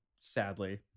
sadly